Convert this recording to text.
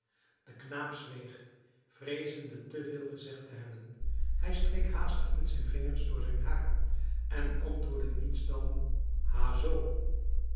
de knaap zweeg vreezende te veel gezegd te hebben hij streek haastig met zijn vingers door zijn haar en antwoordde niets dan ha zoo